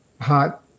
hot